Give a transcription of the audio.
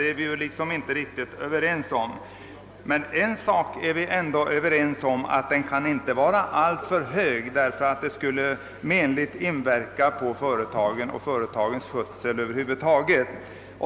En sak är vi dock överens om, nämligen att den inte kan vara alltför hög, eftersom detta menligt skulle inverka på skötseln av företagen.